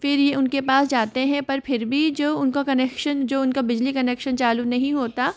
फिर ये उनके पास जाते हैं पर फिर भी जो उनका कनेक्शन जो उनका बिजली कनेक्शन चालू नहीं होता